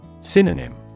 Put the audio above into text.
Synonym